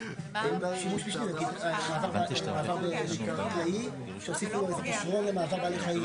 או כי השינוי במבנה הדרך פוגע במעבר בעלי חיים.